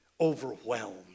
overwhelmed